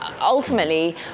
Ultimately